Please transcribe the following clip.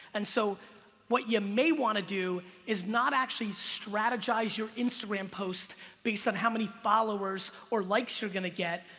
and so what you may wanna do, is not actually strategize your instagram posts based on how many followers or likes you're gonna get,